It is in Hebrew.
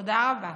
תודה רבה.